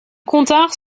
continrent